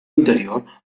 interior